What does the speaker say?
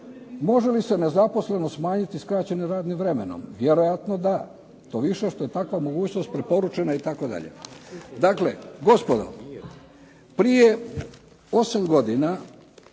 Može li se nezaposlenost smanjiti s skraćenim radnim vremenom? Vjerojatno da. To više što je takva mogućnost preporučena itd. Dakle gospodo, prije 8 godina